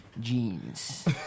jeans